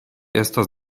estas